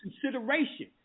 consideration